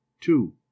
two